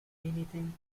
anything